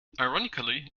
ironically